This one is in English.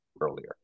earlier